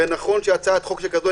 ונכון שהצעת חוק כזאת,